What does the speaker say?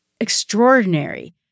extraordinary